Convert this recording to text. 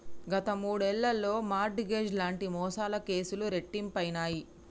గత మూడేళ్లలో mortgage లాంటి మోసాల కేసులు రెట్టింపయినయ్